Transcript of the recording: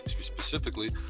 specifically